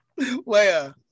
Leia